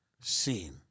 seen